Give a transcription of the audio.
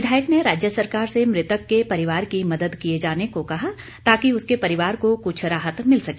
विधायक ने राज्य सरकार से मृतक के परिवार की मदद किए जाने को कहा ताकि उसके परिवार को कुछ राहत मिल सके